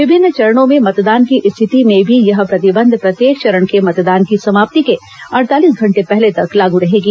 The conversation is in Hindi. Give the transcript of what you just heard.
विभिन्न चरणों में मतदान की स्थिति में भी यह प्रतिबंध प्रत्येक चरण के मतदान की समाप्ति के अड़तालीस घंटे पहले तक लागू रहेगी